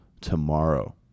tomorrow